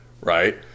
Right